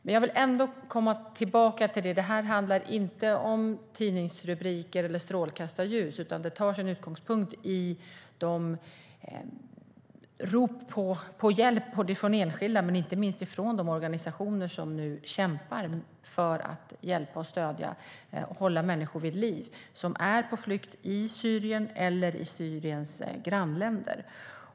Men jag vill ändå komma tillbaka till att det här inte handlar om tidningsrubriker eller strålkastarljus, utan det tar sin utgångspunkt i rop på hjälp från enskilda och inte minst från de organisationer som nu kämpar för att hjälpa och stödja och hålla människor vid liv som är på flykt i Syrien eller i Syriens grannländer.